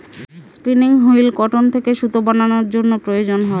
spinning wheel cotton থেকে সুতা বানানোর জন্য প্রয়োজন হয়